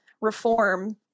reform